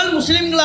Muslim